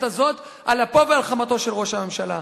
הזאת על אפו ועל חמתו של ראש הממשלה.